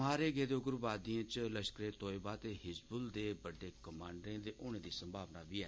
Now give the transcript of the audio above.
मारे दे उग्रवादिएं च लश्करे तोयबा ते हिजबुल दे बड्डे कमाण्डर दे होने दी संभावना ऐ